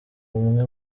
umwe